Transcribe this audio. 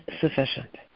sufficient